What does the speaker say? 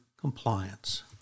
Compliance